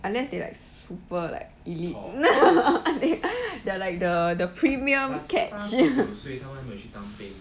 unless they like super like elite they're like the the premium catch